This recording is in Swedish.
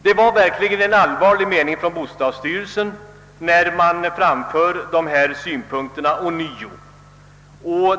Bostadsstyrelsen menar verkligen allvar när den nu ånyo framför behovet av åtgärder.